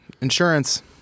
insurance